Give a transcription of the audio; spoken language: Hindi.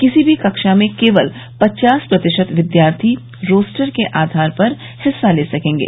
किसी भी कक्षा में केवल पचास प्रतिशत विद्यार्थी रोस्टर के आधार पर हिस्सा ले सकेंगे